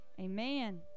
Amen